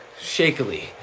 shakily